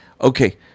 okay